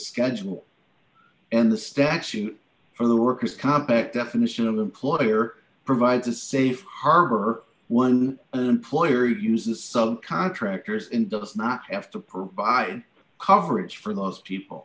schedule and the statute for the workers compact definition of employer provides a safe harbor or one an employer who uses some contractors and does not have to provide coverage for those people